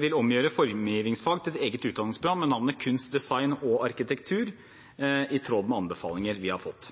vil omgjøre formgivningsfag til et eget utdanningsprogram med navnet kunst, design og arkitektur, i tråd med anbefalinger vi har fått.